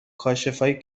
کاشفایی